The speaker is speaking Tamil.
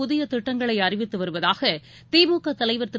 புதியதிட்டங்களைஅறிவித்துவருவதாகதிமுகதலைவர் திரு